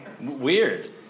Weird